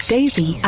Daisy